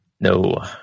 No